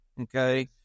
Okay